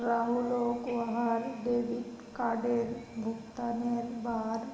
राहुलक वहार डेबिट कार्डेर भुगतानेर बार